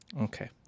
Okay